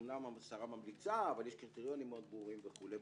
אמנם השרה ממליצה אך יש קריטריונים ברורים מאוד וכו'.